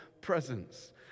presence